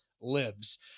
lives